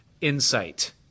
insight